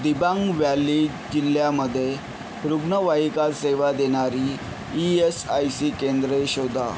Dibang Valley जिल्ह्यामध्ये रुग्णवाहिका सेवा देणारी ई एस आय सी केंद्रे शोधा